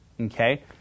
okay